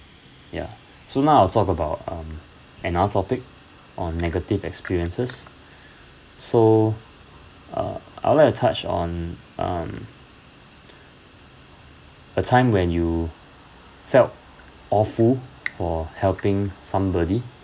ya so now I'll talk about um another topic on negative experiences so uh I would like to touch on um a time when you felt awful for helping somebody